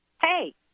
hey